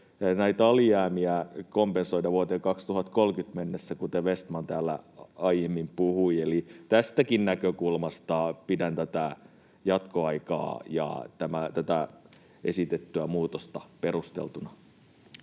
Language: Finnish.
näitä alijäämiä kompensoida vuoteen 2030 mennessä, kuten Vestman täällä aiemmin puhui. Tästäkin näkökulmasta pidän tätä jatkoaikaa ja tätä esitettyä muutosta perusteltuna.